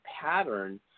pattern